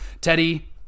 Teddy